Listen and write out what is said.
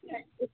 ओम